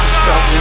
stop